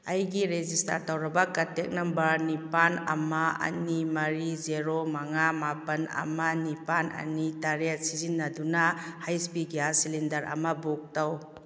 ꯑꯩꯒꯤ ꯔꯦꯖꯤꯁꯇꯥꯔ ꯇꯧꯔꯕ contact number ꯅꯤꯄꯥꯜ ꯑꯃ ꯑꯅꯤ ꯃꯔꯤ ꯖꯦꯔꯣ ꯃꯉꯥ ꯃꯥꯄꯜ ꯑꯃ ꯅꯤꯄꯥꯜ ꯑꯅꯤ ꯇꯔꯦꯠ ꯁꯤꯖꯤꯟꯅꯗꯨꯅ ꯍꯩꯁ ꯄꯤ ꯒ꯭ꯌꯥꯁ ꯁꯤꯂꯤꯟꯗꯔ ꯑꯃ ꯕꯨꯛ ꯇꯧ